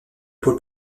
pôle